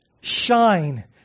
shine